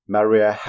Maria